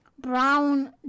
brown